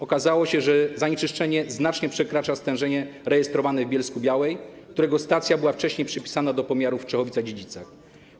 Okazało się, że zanieczyszczenie znacznie przekracza stężenia rejestrowane w Bielsku-Białej, którego stacja była wcześniej przypisana do pomiarów w Czechowicach-Dziedzicach.